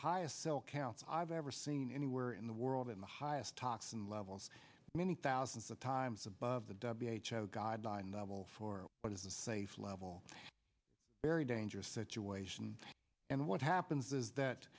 highest cell count i've ever seen anywhere in the world in the highest toxin levels many thousands of times above the w h o guidelines level for what is a safe level very dangerous situation and what happens is that